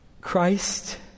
Christ